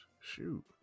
Shoot